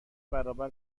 برابر